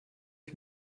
ich